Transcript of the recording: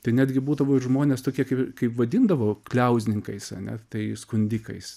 tai netgi būdavo ir žmonės tokie kaip vadindavo kliauzninkais ane tai skundikais